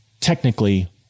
Technically